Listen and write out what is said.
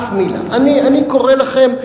אני קורא לכם,